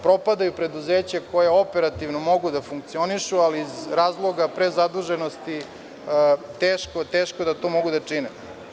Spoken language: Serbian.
Propadaju preduzeća koja operativno mogu da funkcionišu, ali iz razloga prezaduženosti teško da to mogu da čine.